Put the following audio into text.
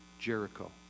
Jericho